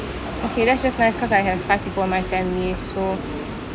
okay that's just nice because I have five people in my family so